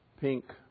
pink